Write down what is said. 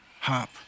hop